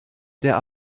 der